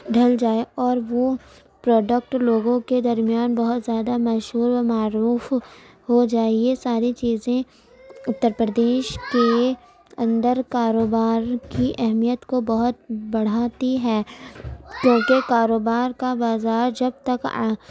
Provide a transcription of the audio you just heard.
ڈھل جائے اور وہ پروڈکٹ لوگوں کے درمیان بہت زیادہ مشہور و معروف ہو جائے یہ ساری چیزیں اتّر پردیش کے اندر کاروبار کی اہمیت کو بہت بڑھاتی ہیں کیونکہ کاروبار کا بازار جب تک